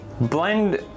Blend